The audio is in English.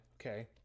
okay